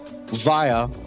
via